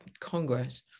Congress